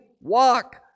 walk